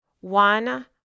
One